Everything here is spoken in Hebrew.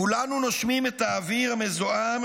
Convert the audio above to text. כולנו נושמים את האוויר המזוהם,